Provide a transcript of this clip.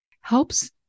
helps